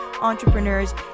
entrepreneurs